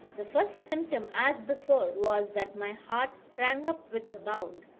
the first symptom as before, was that my heart sprang up with a bound,